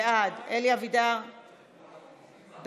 בעד, אלי אבידר, בעד,